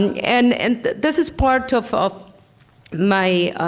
and and this is part of of my